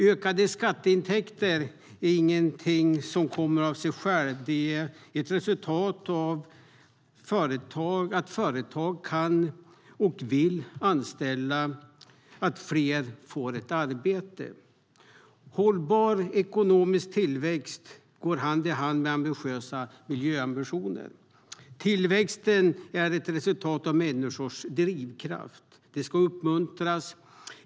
Ökade skatteintäkter är inget som kommer av sig självt. De är ett resultat av att företag kan och vill anställa, det vill säga att fler får ett arbete. Hållbar ekonomisk tillväxt går hand i hand med ambitiösa miljömål. Tillväxten är ett resultat av människors drivkraft. Den ska uppmuntras.